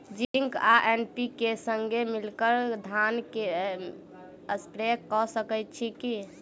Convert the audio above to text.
Zinc आ NPK, संगे मिलल कऽ धान मे स्प्रे कऽ सकैत छी की?